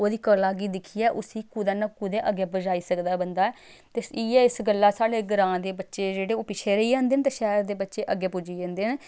ओह्दी कला गी दिक्खियै उसी कुदै ना कुदै अग्गें पजाई सकदा ऐ बंदा ते इ'यै इस गल्ला साढ़े ग्रांऽ दे बच्चे जेह्ड़े ओह् पिच्छे रेही जंदे न ते शैह्र दे बच्चे अग्गें पुज्जी जंदे न